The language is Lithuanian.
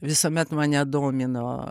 visuomet mane domino